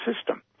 system